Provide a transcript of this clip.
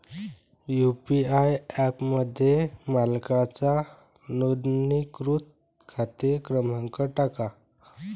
UPI ॲपमध्ये मालकाचा नोंदणीकृत खाते क्रमांक टाका